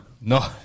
No